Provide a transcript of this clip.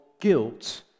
guilt